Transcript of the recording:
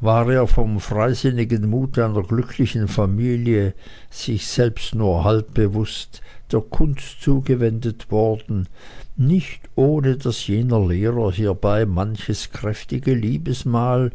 war er vom freisinnigen mut einer glücklichen familie sich selbst nur halb bewußt der kunst zugewendet worden nicht ohne daß jener lehrer hiebei manches kräftige liebesmahl